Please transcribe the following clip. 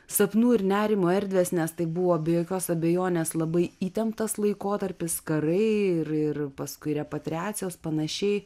sapnų ir nerimo erdvės nes tai buvo be jokios abejonės labai įtemptas laikotarpis karai ir ir paskui repatriacijos panašiai